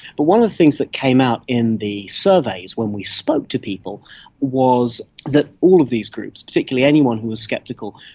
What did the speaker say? but one of the things that came out in the surveys when we spoke to people was that all of these groups, particularly anyone who was sceptical,